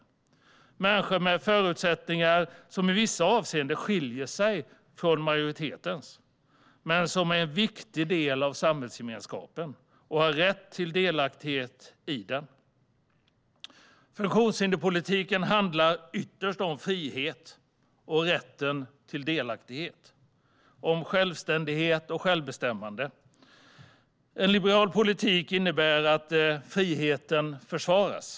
Det är människor med förutsättningar som i vissa avseenden skiljer sig från majoritetens men som är en viktig del av samhällsgemenskapen och har rätt till delaktighet i den. Funktionshinderspolitiken handlar ytterst om frihet och rätten till delaktighet, om självständighet och självbestämmande. En liberal politik innebär att friheten försvaras.